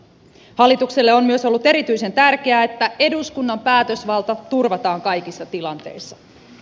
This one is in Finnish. hallitukselle on myös ollut erityisen tärkeää että eduskunnan päätösvalta turvataan kaikissa tilanteissa